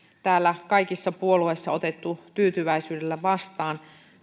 täällä kaikissa puolueissa otettu tyytyväisyydellä vastaan